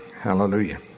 hallelujah